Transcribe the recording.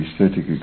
aesthetic